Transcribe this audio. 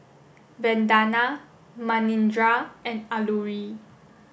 Vandana Manindra and Alluri